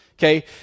Okay